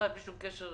בלי שום קשר